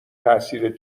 تاثیر